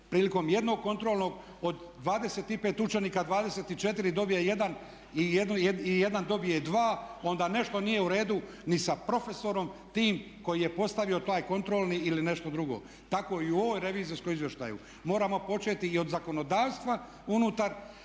prilikom jednog kontrolnog od 25 učenika 24 dobije 1 i jedan dobije 2 onda nešto nije u redu ni sa profesorom tim koji je postavio taj kontrolni ili nešto drugo. Tako i u ovom revizorskom izvještaju moramo početi i od zakonodavstva unutar